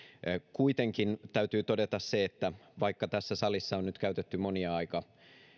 kuitenkin täytyy todeta se että vaikka tässä salissa on nyt käytetty monia aika